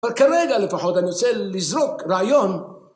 כרגע לפחות אני רוצה לזרוק רעיון...